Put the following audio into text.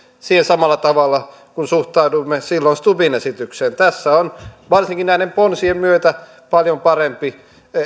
siihen samalla tavalla kuin suhtauduimme silloin stubbin esitykseen tässä on varsinkin näiden ponsien myötä paljon parempi